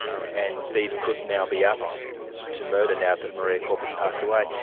and these could now be upped to murder now that maria korp has passed away.